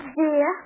dear